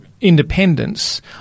independence